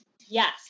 Yes